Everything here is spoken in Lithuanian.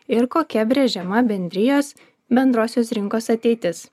ir kokia brėžiama bendrijos bendrosios rinkos ateitis